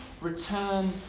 return